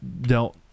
dealt